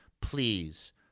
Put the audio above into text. please